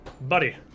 Buddy